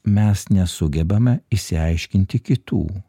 mes nesugebame išsiaiškinti kitų